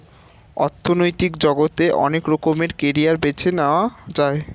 অর্থনৈতিক জগতে অনেক রকমের ক্যারিয়ার বেছে নেয়া যায়